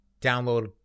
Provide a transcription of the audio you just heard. download